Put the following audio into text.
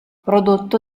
prodotto